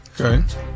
Okay